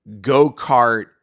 go-kart